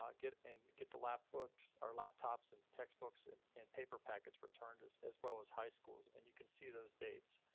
um get and get the lab books, our laptops and textbooks and and paper packets returned as as well as high schools. and you can see those dates.